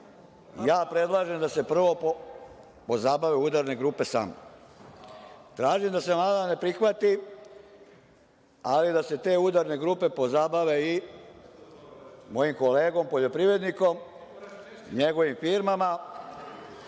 ja predlažem da se prvo pozabave udarne grupe samnom. Tražim da se amandman ne prihvati, ali da se te udarne grupe pozabave i mojim kolegom poljoprivrednikom, njegovim firmama,